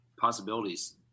possibilities